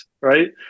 right